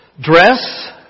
dress